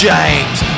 James